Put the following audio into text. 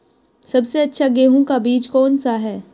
सबसे अच्छा गेहूँ का बीज कौन सा है?